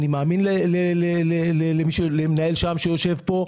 אני מאמין למנהל שע"מ שיושב כאן,